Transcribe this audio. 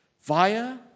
via